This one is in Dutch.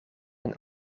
een